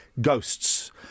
ghosts